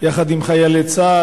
יחד עם חיילי צה"ל,